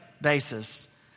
basis